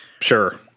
Sure